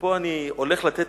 ופה אני הולך לתת,